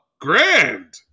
grand